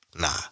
nah